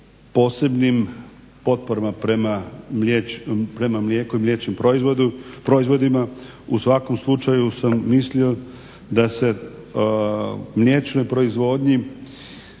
posebnim potporama prema mlijeku i mliječnim proizvodima u svakom slučaju sam mislio da se mliječnoj proizvodnji